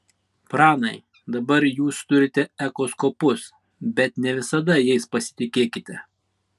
pranai dabar jūs turite echoskopus bet ne visada jais pasitikėkite